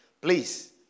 Please